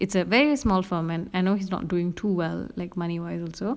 it's a very small firm and I know he's not doing too well like money wise also